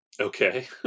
Okay